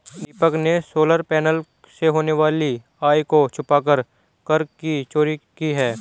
दीपक ने solar panel से होने वाली आय को छुपाकर कर की चोरी की है